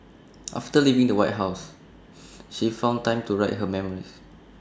after leaving the white house she found time to write her memoirs